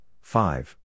five